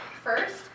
first